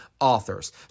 authors